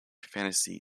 fancy